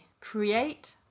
create